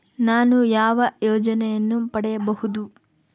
ನಾನು ಯಾವ ಯೋಜನೆಯನ್ನು ಪಡೆಯಬಹುದು?